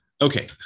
Okay